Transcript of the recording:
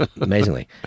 amazingly